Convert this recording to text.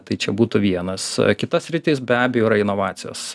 tai čia būtų vienas kita sritis be abejo yra inovacijos